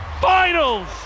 Finals